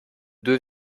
deux